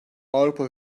avrupa